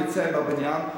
יוצא מהבניין,